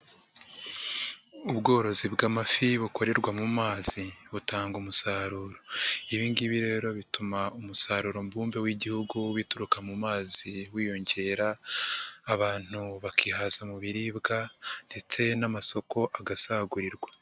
Ubworozi bw'amafi bukorerwa mu mazi butanga umusaruro, ibingibi rero bituma umusaruro mbumbe w'igihugu w'ibituruka mu mazi wiyongera abantu bakihaza mu biribwa ndetse n'amasoko agasagurirwa.